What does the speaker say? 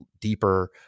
deeper